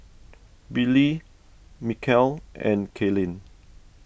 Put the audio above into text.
Billy Michal and Kaylin